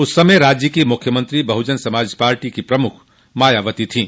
उस समय राज्य को मुख्यमंत्री बहुजन समाज पार्टी प्रमुख मायावती थीं